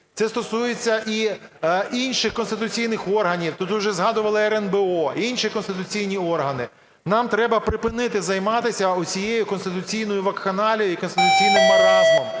це стосується і інших конституційних органів. Тут уже згадували РНБО і інші конституційні органи. Нам треба припинити займатися цією конституційною вакханалією і конституційним маразмом.